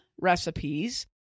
recipes